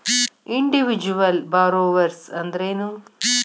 Individual borrowers ಅಂದ್ರೇನು?